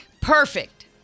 Perfect